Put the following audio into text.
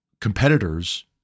competitors